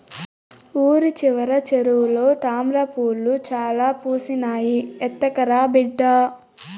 ఊరి చివర చెరువులో తామ్రపూలు చాలా పూసినాయి, ఎత్తకరా బిడ్డా